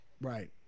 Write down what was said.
right